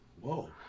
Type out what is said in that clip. Whoa